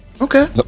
Okay